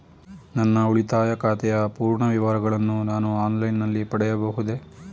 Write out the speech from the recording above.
ನನ್ನ ಉಳಿತಾಯ ಖಾತೆಯ ಪೂರ್ಣ ವಿವರಗಳನ್ನು ನಾನು ಆನ್ಲೈನ್ ನಲ್ಲಿ ಪಡೆಯಬಹುದೇ?